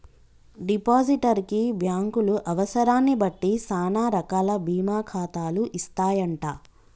depositor కి బ్యాంకులు అవసరాన్ని బట్టి సానా రకాల బీమా ఖాతాలు ఇస్తాయంట